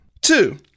Two